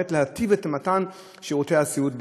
ובאמת להיטיב את מתן שירותי הסיעוד בארץ.